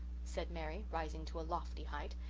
said mary, rising to a lofty height,